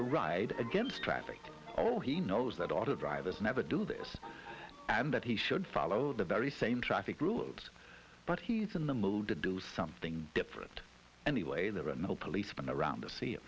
to ride against traffic all he knows that a lot of drivers never do this and that he should follow the very same traffic rules but he's in the mood to do something different anyway there are no policeman around to see i